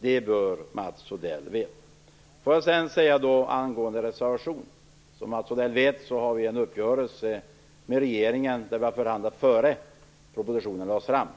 Det bör Mats Odell veta. Sedan var det reservationen. Mats Odell vet att vi har en uppgörelse med regeringen. Förhandlingen skedde innan propositionen lades fram.